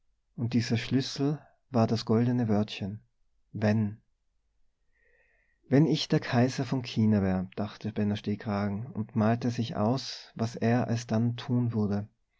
und dieser schlüssel war das goldene wörtchen wenn wenn ich der kaiser von china wär dachte benno stehkragen und malte sich aus was er alsdann tun würde